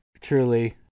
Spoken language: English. Truly